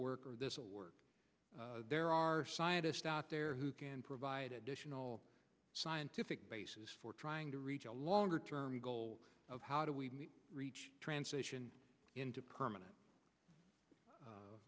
work or this will work there are scientists out there who can provide additional scientific basis for trying to reach a longer term goal of how do we reach transition into permanent